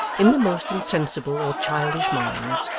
in the most insensible or childish minds,